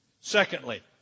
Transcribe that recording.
Secondly